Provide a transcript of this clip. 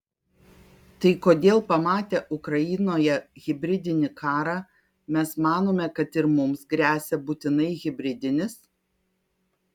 tai kodėl pamatę ukrainoje hibridinį karą mes manome kad ir mums gresia būtinai hibridinis